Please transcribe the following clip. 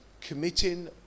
committing